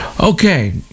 Okay